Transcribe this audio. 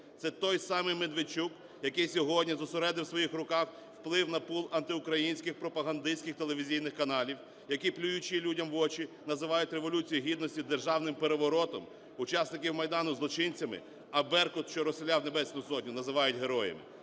Це той самий Медведчук, який сьогодні зосередив у своїх руках вплив на пул антиукраїнських пропагандистських телевізійних каналів, які, плюючи людям в очі, називають Революцію Гідності державним переворотом, учасників Майдану – злочинцям, а "Беркут", що розстріляв Небесну Сотню, називають героями.